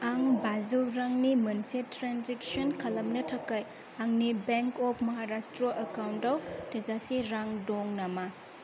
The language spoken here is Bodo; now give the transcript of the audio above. आं बाजौ रांनि मोनसे ट्रेनजेक्सन खालामनो थाखाय आंनि बेंक अफ महाराष्ट्र एकाउन्टाव थोजासे रां दं नामा